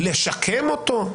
לשקם אותו?